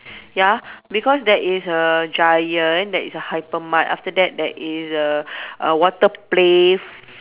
ya because there is a giant that is a hyper mart after that there is a uh water play f~